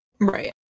right